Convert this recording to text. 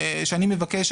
שאני מבקש,